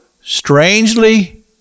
strangely